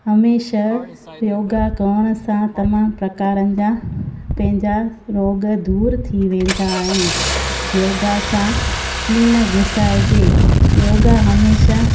हमेशह योगा करण सां तमामु प्रकारनि जा पंहिंजा रोग दूरि थी वेंदा आहिनि योगा सां कीन घुसाइजे योगा हमेशह